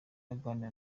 aganira